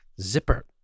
Zipper